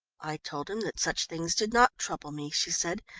i told him that such things did not trouble me, she said,